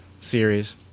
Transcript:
series